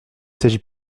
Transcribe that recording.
s’agit